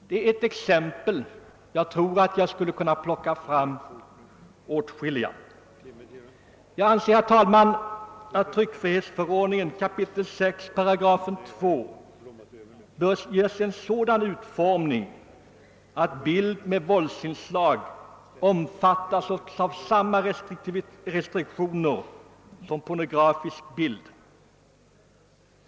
Det är ett exempel, men jag tror att jag skulle kunna plocka fram åtskilliga. Jag anser, herr talman, att tryckfrihetsförordningen 6 kap. 2 § bör ges en sådan utformning att för bild med våldsinslag gäller samma restriktioner som för pornografisk bild.